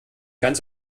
ganz